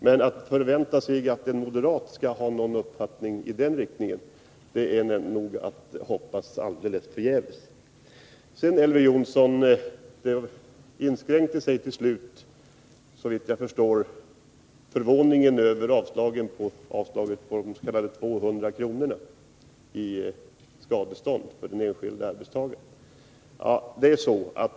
Men att förvänta sig att en moderat skall ha någon uppfattning i den riktningen är nog att hoppas alldeles förgäves. Såvitt jag förstår, inskränkte sig Elver Jonssons förvåning till slut till att gälla avslagsyrkandet i fråga om den s.k. 200-kronorsregeln när det gäller skadestånd för den enskilde arbetstagaren.